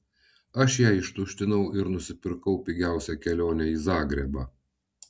aš ją ištuštinau ir nusipirkau pigiausią kelionę į zagrebą